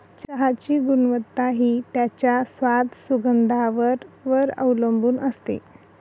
चहाची गुणवत्ता हि त्याच्या स्वाद, सुगंधावर वर अवलंबुन असते